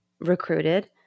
recruited